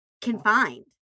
confined